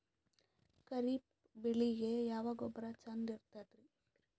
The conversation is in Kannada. ಖರೀಪ್ ಬೇಳಿಗೆ ಯಾವ ಗೊಬ್ಬರ ಚಂದ್ ಇರತದ್ರಿ?